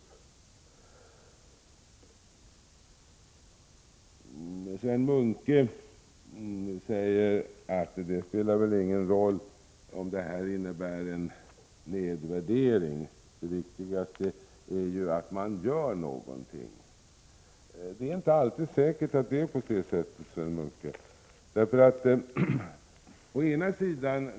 Sven Munke säger att det väl inte spelar någon roll om detta förslag innebär en nedvärdering, det viktigaste är att man gör någonting. Det är inte alltid säkert att det är så, Sven Munke.